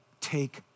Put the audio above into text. Take